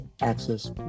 access